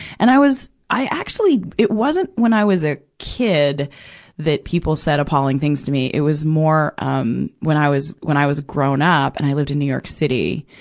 and i was, i actually, it wasn't when i was a kid that people said appalling things to me. it was more, um when i was, when i was grown up and i lived in new york city.